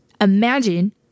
Imagine